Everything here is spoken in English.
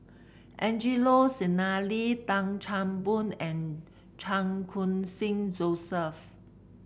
Angelo Sanelli Tan Chan Boon and Chan Khun Sing Joseph